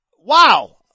Wow